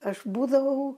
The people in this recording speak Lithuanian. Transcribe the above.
aš būdavau